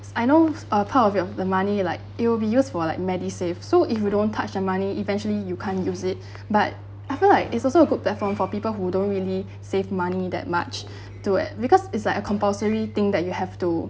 I know a part of your the money like it'll be used for like MediSave so if you don't touch the money eventually you can't use it but I feel like it's also a good platform for people who don't really save money that much to it because it's like a compulsory thing that you have to